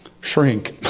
shrink